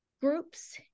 groups